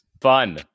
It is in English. fun